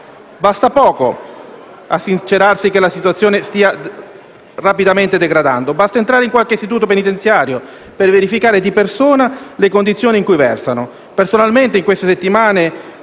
Basta poco per sincerarsi che la situazione sta rapidamente degradando; basta entrare in qualche istituto penitenziario per verificare di persona le condizioni in cui versano.